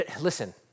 Listen